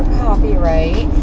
copyright